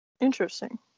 Interesting